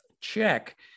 check